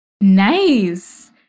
Nice